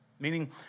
meaning